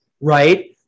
right